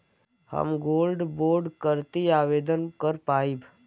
हम gold bond करती आवेदन कर पाईब?